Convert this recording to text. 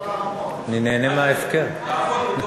התחיל בתחילת הדיון.